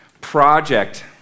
project